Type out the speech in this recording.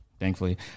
Thankfully